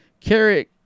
carrot